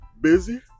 Busy